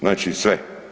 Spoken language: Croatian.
Znači sve.